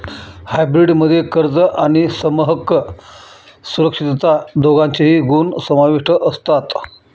hybrid मध्ये कर्ज आणि समहक्क सुरक्षितता दोघांचेही गुण समाविष्ट असतात